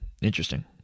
Interesting